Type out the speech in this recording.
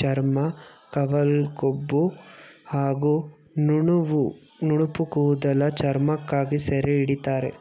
ಚರ್ಮ ಕವಲ್ಕೊಂಬು ಹಾಗೂ ನುಣುಪುಕೂದಲ ಚರ್ಮಕ್ಕಾಗಿ ಸೆರೆಹಿಡಿತಾರೆ